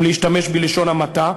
אם להשתמש בלשון המעטה,